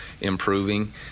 improving